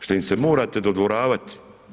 Što im se morate dodvoravati.